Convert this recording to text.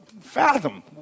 fathom